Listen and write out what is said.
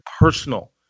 personal